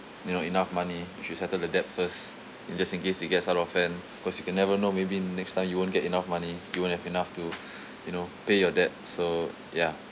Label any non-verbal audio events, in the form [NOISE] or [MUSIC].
you know enough money you should settle the debt first and just in case it gets out of hand because you can never know maybe next time you won't get enough money you won't have enough to [BREATH] you know pay your debt so ya